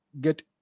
get